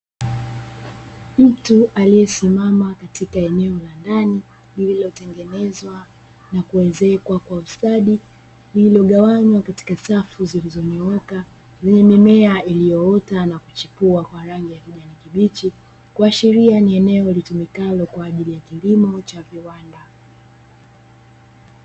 Mtu aliyesimama katika eneo la ndani lililotengenezwa na kuezekwa kwa ustadi lililogawanywa katika safu zilizonyooka, zenye mimea iliyoota na kuchukua rangi ya kijani kibichi, kwa sheria ni eneo litumikalo kwa ajili ya kilimo cha viwanda.